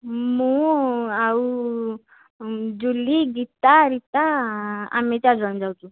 ମୁଁ ଆଉ ଜୁଲି ଗୀତା ରିତା ଆମେ ଚାରି ଜଣ ଯାଉଛୁ